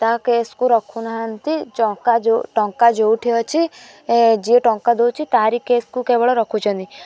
ତା କେସ୍କୁ ରଖୁନାହାନ୍ତି ଟଙ୍କା ଯେଉଁଠି ଅଛି ଯିଏ ଟଙ୍କା ଦେଉଛି ତାରି କେସ୍କୁ କେବଳ ରଖୁଛନ୍ତି